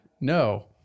No